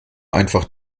einfach